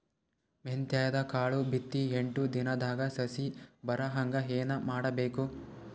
ಮೆಂತ್ಯದ ಕಾಳು ಬಿತ್ತಿ ಎಂಟು ದಿನದಾಗ ಸಸಿ ಬರಹಂಗ ಏನ ಮಾಡಬೇಕು?